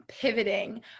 Pivoting